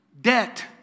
debt